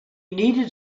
needed